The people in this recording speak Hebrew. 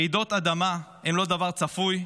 רעידות אדמה הן לא דבר צפוי,